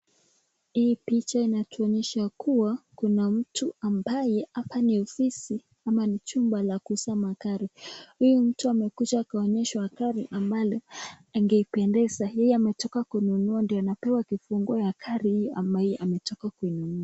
Hii picha inatuonyesha kuwa kuna mtu ambaye hapa ni ofisi ama ni chumba la kuuza magari. Huyu mtu amekuja akaonyeshwa gari ambalo angependeza ila ametoka kununua ndiyo anapewa kifunguo hiyo ya gari ametoka kununua.